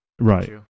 Right